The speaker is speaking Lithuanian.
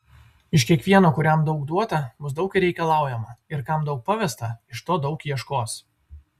iš kiekvieno kuriam daug duota bus daug ir reikalaujama ir kam daug pavesta iš to daug ieškos